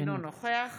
אינו נוכח